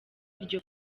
iryo